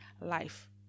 life